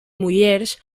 mullers